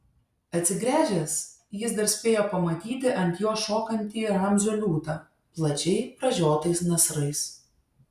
atsigręžęs jis dar spėjo pamatyti ant jo šokantį ramzio liūtą plačiai pražiotais nasrais